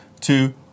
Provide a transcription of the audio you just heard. two